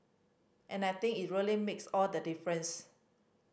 and I think is really makes all the difference